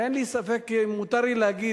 ואין לי ספק, מותר לי להגיד,